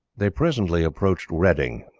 they presently approached reading,